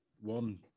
one